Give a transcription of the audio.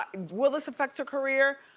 will this affect her career?